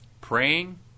Praying